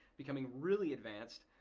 becoming really advanced.